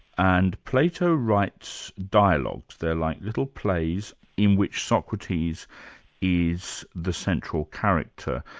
and plato writes dialogues they're like little plays in which socrates is the central character.